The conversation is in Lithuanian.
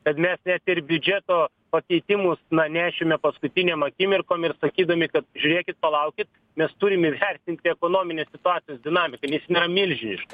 kad mes net ir biudžeto pakeitimus na nešėme paskutinėm akimirkom ir sakydami kad žiūrėkit palaukit mes turim įvertinti ekonominės situacijos dinamiką nes yra milžiniška